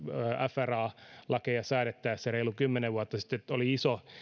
fra lakeja säädettiin reilu kymmenen vuotta sitten oli iso